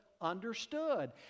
understood